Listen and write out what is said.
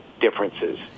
differences